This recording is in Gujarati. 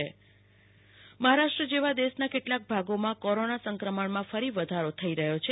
કલ્પના શાહ્ રસીકરણ મહારાષ્ટ્ર જેવા દેશના કેટલાક ભાગોમાં કોરોના સંક્રમણમાં ફરી વધારો થઈ રહ્યો છે